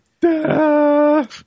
Duh